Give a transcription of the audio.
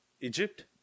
Egypt